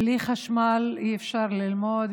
בלי חשמל אי-אפשר ללמוד,